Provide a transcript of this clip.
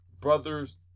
brother's